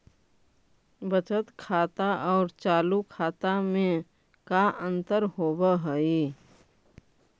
बचत खाता और चालु खाता में का अंतर होव हइ?